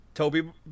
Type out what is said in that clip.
toby